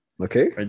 Okay